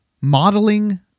modeling